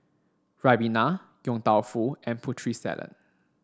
Ribena Yong Tau Foo and Putri Salad